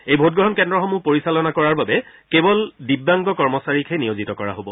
এই ভোটগ্ৰহণ কেন্দ্ৰসমূহ পৰিচালনা কৰাৰ বাবে কেৱল দিব্যাংগ কৰ্মচাৰীকহে নিয়োজিত কৰা হ'ব